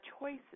choices